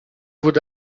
would